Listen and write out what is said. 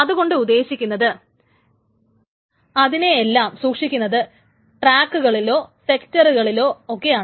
അതു കൊണ്ട് ഉദ്ദേശിക്കുന്നത് അതിനെയെല്ലാം സൂക്ഷിക്കുന്നത് ട്രാക്കുകളിലോ സെക്ടറുകളിലോ ഒക്കെയാണ്